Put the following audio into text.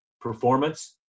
performance